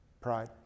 pride